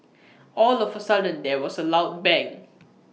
all of A sudden there was A loud bang